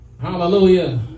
Hallelujah